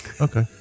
Okay